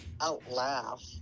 out-laugh